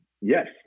yes